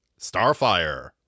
Starfire